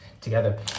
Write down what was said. together